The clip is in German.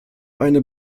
eine